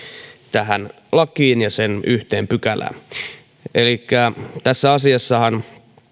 tähän lakiin ja sen yhteen pykälään elikkä tässä asiassahan